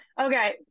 Okay